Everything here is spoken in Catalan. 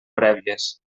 prèvies